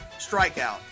strikeout